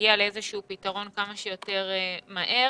נגיע לאיזשהו פתרון כמה שיותר מהר.